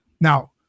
Now